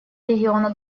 региона